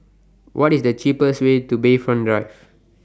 What IS The cheapest Way to Bayfront Drive